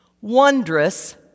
wondrous